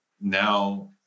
Now